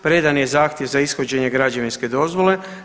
Predan je zahtjev za ishođenje građevinske dozvole.